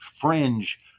fringe